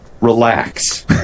Relax